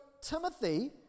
Timothy